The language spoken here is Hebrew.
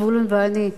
זבולון ואני,